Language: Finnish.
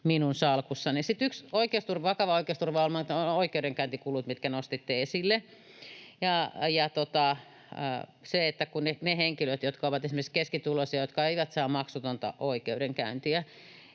minun salkussani. Sitten yksi vakava oikeusturvaongelma on oikeudenkäyntikulut, mitkä nostitte esille, ja se, että ne henkilöt, jotka ovat esimerkiksi keskituloisia, eivät saa maksutonta oikeudenkäyntiä.